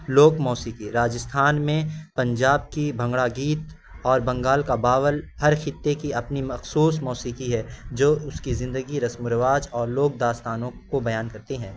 لوک موسیقی راستھان میں پنجاب کی بھنگڑا گیت اور بنگال کا باول ہر خطے کی اپنی مخصوص موسیقی ہے جو اس کی زندگی رسم و رواج اور لوک داستانوں کو بیان کرتے ہیں